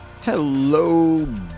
Hello